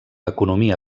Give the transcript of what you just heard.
economia